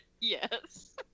yes